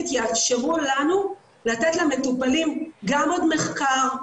יאפשרו לנו לתת למטופלים גם עוד מחקר,